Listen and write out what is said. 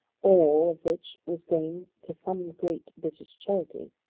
all of which was going to some great british charity.